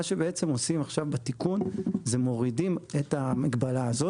מה שעושים עכשיו בתיקון זה מורידים את המגבלה הזאת